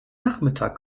nachmittag